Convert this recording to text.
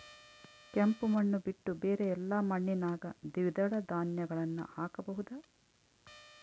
ಕೆಂಪು ಮಣ್ಣು ಬಿಟ್ಟು ಬೇರೆ ಎಲ್ಲಾ ಮಣ್ಣಿನಾಗ ದ್ವಿದಳ ಧಾನ್ಯಗಳನ್ನ ಹಾಕಬಹುದಾ?